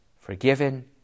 forgiven